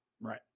Right